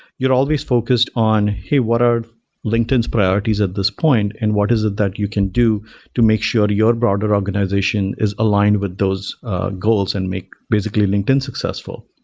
you're always focused on, hey, what are linkedin's priorities at this point and what is it that you can do to make sure your broader organization is aligned with those goals and make basically linkedin successful?